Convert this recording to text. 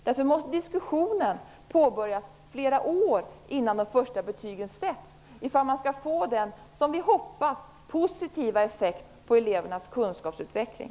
Därför måste diskussionen påbörjas flera år innan de första betygen sätts, om man skall få en, som vi hoppas, positiv effekt på elevernas kunskapsutveckling.